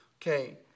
Okay